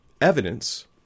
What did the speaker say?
evidence